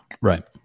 right